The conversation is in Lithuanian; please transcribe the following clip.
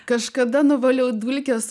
kažkada nuvaliau dulkes